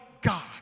God